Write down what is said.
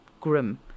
grim